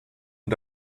und